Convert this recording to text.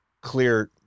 clear